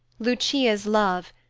lucia's love,